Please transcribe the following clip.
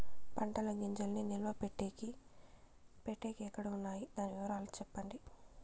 పంటల గింజల్ని నిలువ పెట్టేకి పెట్టేకి ఎక్కడ వున్నాయి? దాని వివరాలు సెప్పండి?